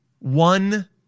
One